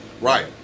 Right